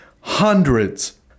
hundreds